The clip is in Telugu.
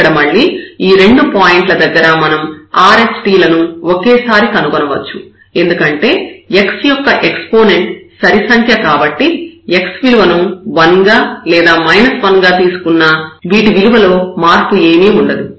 ఇక్కడ మళ్ళీ ఈ రెండు పాయింట్ల దగ్గర మనం r s t లను ఒకేసారి కనుగొనవచ్చు ఎందుకంటే x యొక్క ఎక్సపోనెంట్ సరి సంఖ్య కాబట్టి x విలువను 1 గా లేదా 1 గా తీసుకున్నా వీటి విలువలో మార్పు ఏమీ ఉండదు